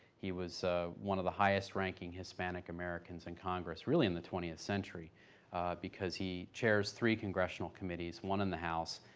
he was one of the highest ranking hispanic americans in congress really in the twentieth century because he chairs three congressional committees one in the house,